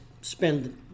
spend